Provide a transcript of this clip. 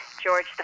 George